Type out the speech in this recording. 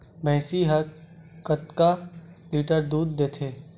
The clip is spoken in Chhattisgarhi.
भंइसी हा कतका लीटर दूध देथे?